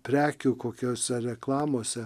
prekių kokiose reklamose